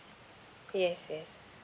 yes yes